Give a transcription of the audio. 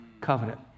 covenant